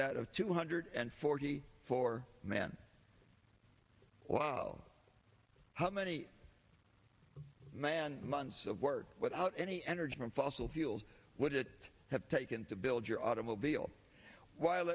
of two hundred and forty four man well how many man months of work without any energy from fossil fuels would it have taken to build your automobile while